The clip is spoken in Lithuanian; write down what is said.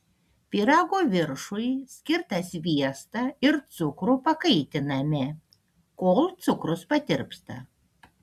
pyrago viršui skirtą sviestą ir cukrų pakaitiname kol cukrus patirpsta